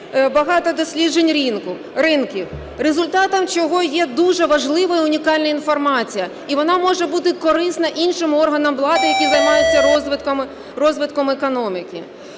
багато досліджень ринків, результатом чого є дуже важлива унікальна інформація, і вона може бути корисна іншим органам влади, які займаються розвитком економіки.